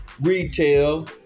retail